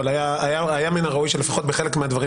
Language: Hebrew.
אבל היה מין הראוי שלפחות בחלק מהדברים,